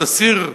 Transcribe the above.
תסיר,